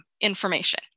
information